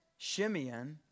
Shimeon